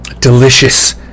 Delicious